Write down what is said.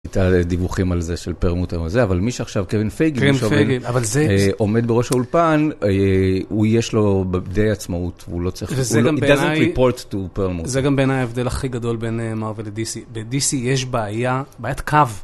הייתה דיווחים על זה, של פרמוטר וזה, אבל מי שעכשיו, קווין פייגל, עומד בראש האולפן, הוא יש לו די עצמאות, והוא לא צריך, he doesn't report to Permut. זה גם בעיניי ההבדל הכי גדול בין מרוויל ודי-סי, בדי-סי יש בעיה, בעיית קו.